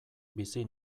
bizi